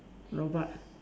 robot